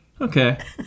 Okay